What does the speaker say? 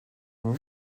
non